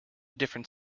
different